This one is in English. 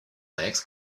legs